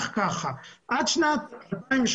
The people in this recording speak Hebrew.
עד שנת 2018